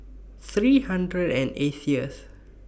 three hundred and eightieth